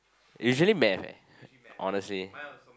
usually man leh honestly